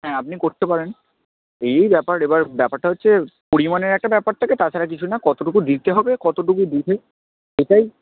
হ্যাঁ আপনি করতে পারেন এই এই ব্যাপার এবার ব্যাপারটা হচ্ছে পরিমাণের একটা ব্যাপার থাকে তাছাড়া কিছু না কতটুকু দিতে হবে কতটুকু দিলে সেটাই